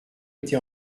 été